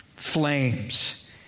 Flames